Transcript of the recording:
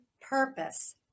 purpose